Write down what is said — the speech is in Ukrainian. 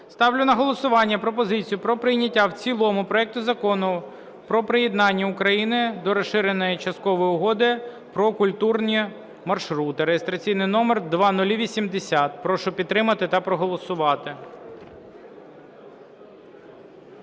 Ставлю на голосування пропозицію про прийняття в цілому проекту Закону про приєднання України до Розширеної часткової Угоди про культурні маршрути (реєстраційний номер 0080). Прошу підтримати та проголосувати.